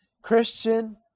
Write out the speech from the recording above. Christian